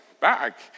back